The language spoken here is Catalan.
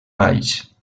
valls